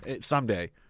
someday